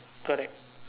correct